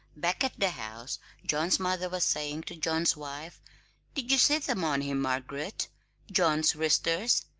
back at the house john's mother was saying to john's wife did you see them on him, margaret john's wristers?